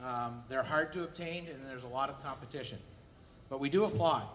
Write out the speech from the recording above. they're hard to obtain and there's a lot of competition but we do a